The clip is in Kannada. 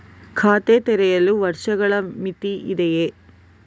ಖಾತೆ ತೆರೆಯಲು ವರ್ಷಗಳ ಮಿತಿ ಇದೆಯೇ?